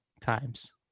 times